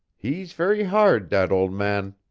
he's very hard, dat ole man.